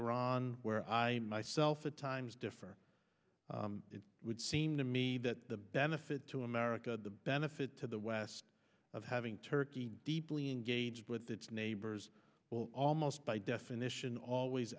iran where i myself at times differ it would seem to me that the benefit to america the benefit to the west of having turkey deeply engaged with its neighbors will almost by definition always